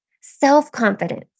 self-confidence